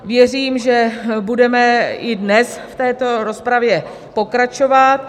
Věřím, že budeme i dnes v této rozpravě pokračovat.